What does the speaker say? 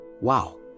Wow